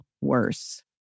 worse